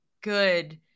good